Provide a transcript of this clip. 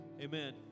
amen